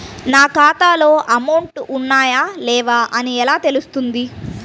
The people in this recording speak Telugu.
నా ఖాతాలో అమౌంట్ ఉన్నాయా లేవా అని ఎలా తెలుస్తుంది?